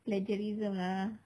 plagiarism lah